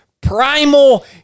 primal